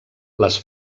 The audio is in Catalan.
les